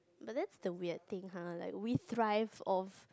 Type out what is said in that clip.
but that's the weird thing [huh] like we strive of